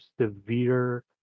severe